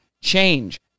change